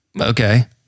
okay